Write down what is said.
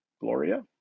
Gloria